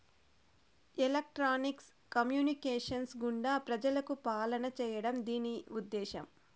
electronics communications గుండా ప్రజలకు పాలన చేయడం దీని ఉద్దేశం